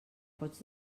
pots